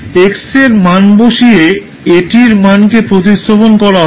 x এর মান বসিয়ে 𝑎𝑡 এর মানকে প্রতিস্থাপন করা হবে